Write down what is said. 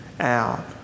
out